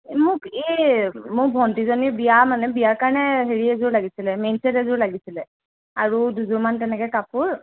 মোক এই মোৰ ভণ্টিজনীৰ বিয়া মানে বিয়াৰ কাৰণে হেৰি এযোৰ লাগিছিল মেইন চেট এযোৰ লাগিছিল আৰু দুযোৰমান তেনেকৈ কাপোৰ